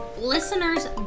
listeners